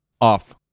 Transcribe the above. Off